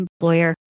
employer